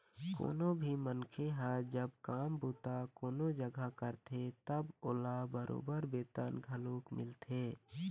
कोनो भी मनखे ह जब काम बूता कोनो जघा करथे तब ओला बरोबर बेतन घलोक मिलथे